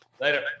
later